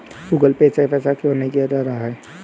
Google Pay से पैसा क्यों नहीं जा रहा है?